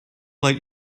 let